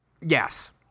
Yes